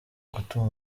gutuma